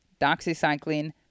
doxycycline